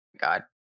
God